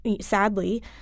sadly